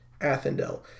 Athendel